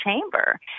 chamber